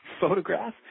photograph